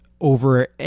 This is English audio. over